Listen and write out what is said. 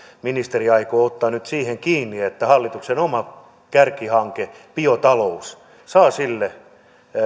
ministeri aikoo ottaa nyt siihen kiinni että hallituksen oma kärkihanke biotalous saa sille